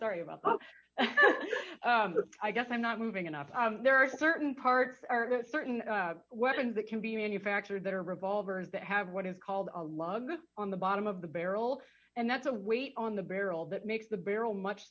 story about but i guess i'm not moving enough there are certain parts are certain weapons that can be manufactured that are revolvers that have what is called a lug on the bottom of the barrel and that's a weight on the barrel that makes the barrel much